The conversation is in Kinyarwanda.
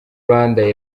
rwanda